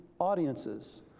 audiences